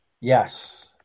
yes